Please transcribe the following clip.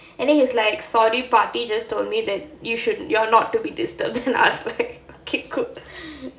and then he is like பாட்டி:paati just told me that you're not to be disturbed then I was like okay cool